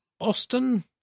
Austin